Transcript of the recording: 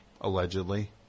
Allegedly